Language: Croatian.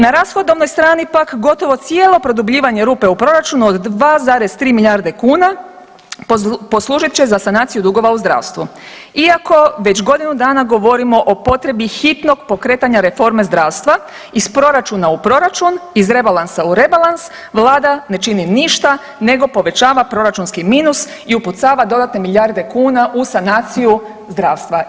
Na rashodovnoj strani pak gotovo cijelo produbljivanje rupe u proračunu od 2,3 milijarde kuna poslužit će za sanaciju dugova u zdravstvu, iako već godinu dana govorimo o potrebi hitnog pokretanja reforme zdravstva iz proračuna u proračun iz rebalansa u rebalans vlada ne čini ništa nego povećava proračunski minus i upucava dodatne milijarde kuna u sanaciju zdravstva.